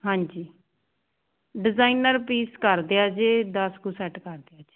ਹਾਂਜੀ designer piece ਕਰਦਿਆ ਜੇ ਦਸ ਕੁ ਸੈੱਟ ਕਰ ਦਿਓ ਜੀ